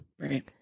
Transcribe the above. Right